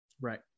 Right